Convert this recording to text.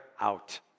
out